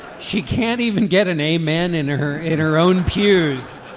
she can't even get in a man in her in her own pews.